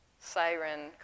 siren